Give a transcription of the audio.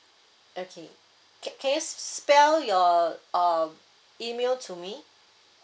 okay can can you spell your uh email to me